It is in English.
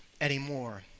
anymore